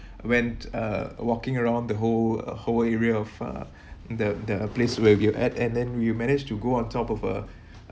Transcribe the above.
went uh walking around the whole uh whole area of uh the the place where we're at and then we manage to go on top of a